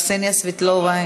קסניה סבטלובה,